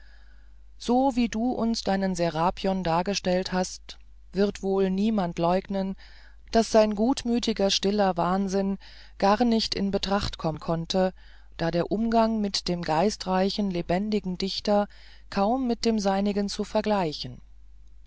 so wie du uns deinen serapion dargestellt hast wird wohl niemand leugnen daß sein gutmütiger stiller wahnsinn gar nicht in betracht kommen konnte da der umgang mit dem geistreichsten lebendigsten dichter kaum mit dem seinigen zu vergleichen